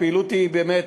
ברגע